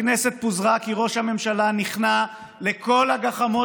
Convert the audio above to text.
הכנסת פוזרה כי ראש הממשלה נכנע לכל הגחמות